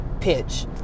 pitch